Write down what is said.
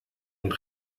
und